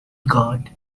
god